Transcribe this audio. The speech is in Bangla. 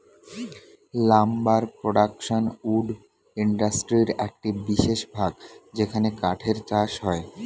লাম্বার প্রোডাকশন উড ইন্ডাস্ট্রির একটি বিশেষ ভাগ যেখানে কাঠের চাষ হয়